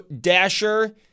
Dasher